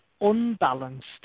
unbalanced